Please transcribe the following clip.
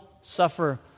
suffer